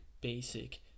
basic